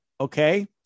okay